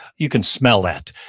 you can smell that.